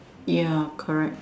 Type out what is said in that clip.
ya correct